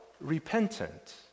repentant